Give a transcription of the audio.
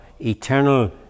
eternal